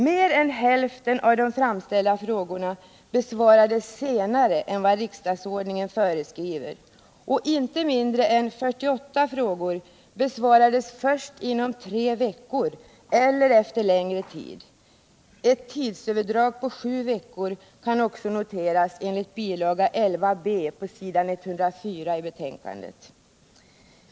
Mer än hälften av de framställda frågorna besvarades senare än vad riksdagsordningen föreskriver och inte mindre än 48 frågor besvarades först inom tre veckor eller efter längre tid — ett tidsöverdrag på sju veckor kan noteras enligt bilaga 11 Bs. 104.